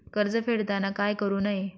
कर्ज फेडताना काय करु नये?